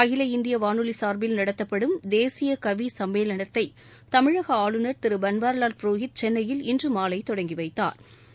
அகில இந்திய வானொலி சா்பில் நடத்தப்படும் தேசிய கவி சம்மேளனத்தை தமிழக ஆளுநர் திரு பன்வாரிவால் புரோஹித் சென்னையில் இன்றுமாலை தொடங்கி வைத்தாா்